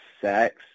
sex